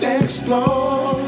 explore